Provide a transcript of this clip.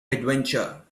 adventure